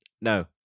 no